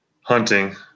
hunting